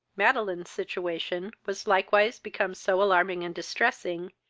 madeline's situation was likewise become so alarming and distressing,